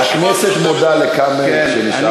הכנסת מודה לכאמל שנשאר ער.